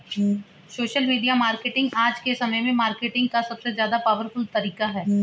social media marketing आज के समय में मार्केटिंग का सबसे ज्यादा पॉवरफुल तरीका है